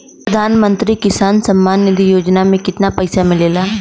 प्रधान मंत्री किसान सम्मान निधि योजना में कितना पैसा मिलेला?